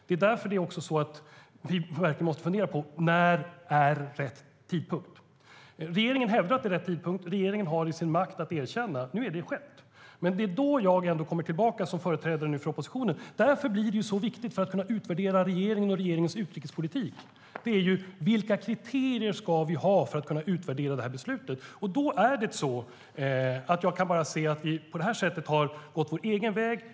Det är därför vi verkligen måste fundera på när det är rätt tidpunkt. Regeringen hävdar att detta är rätt tidpunkt. Regeringen har i sin makt att erkänna, och nu har det skett. Men jag kommer som företrädare för oppositionen tillbaka och säger: Därför blir det så viktigt för att kunna utvärdera regeringen och dess utrikespolitik att veta vilka kriterier vi ska ha för att kunna utvärdera det. Jag kan bara se att Sverige på det här sättet har gått sig egen väg.